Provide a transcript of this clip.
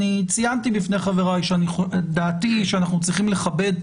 ציינתי בפני חבריי שדעתי היא שאנחנו צריכים לכבד את